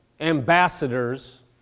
ambassadors